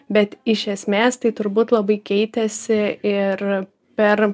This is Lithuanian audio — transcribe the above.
bet iš esmės tai turbūt labai keitėsi ir per